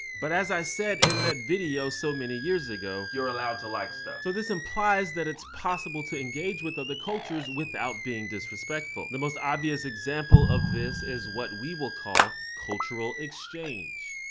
but as i said in that video so many years ago, you're allowed to like stuff. so this implies that it's possible to engage with other cultures without being disrespectful. the most obvious example of this is what we will call cultural exchange.